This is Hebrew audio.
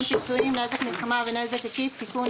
פיצויים) (נזק מלחמה ונזק עקיף) (תיקון),